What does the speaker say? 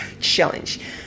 challenge